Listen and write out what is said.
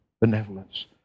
benevolence